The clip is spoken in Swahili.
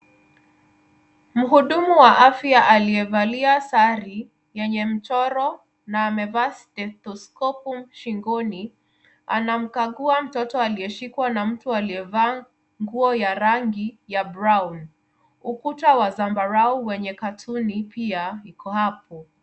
Mhudumu wa afya aliyevalia sare yenye mchoro na amevaa stethoscope shingoni anamkagua mtoto aliyeshikwa na mtu aliyevaa nguo ya rangi ya brown , ukuta wa zambarau wenye katuni pia uko hapo.